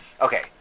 okay